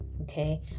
okay